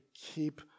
keep